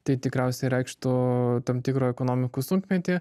tai tikriausiai reikštų tam tikrą ekonomikos sunkmetį